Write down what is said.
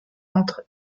entre